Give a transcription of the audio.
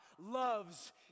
loves